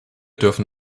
dürfen